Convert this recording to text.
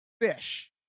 fish